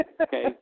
Okay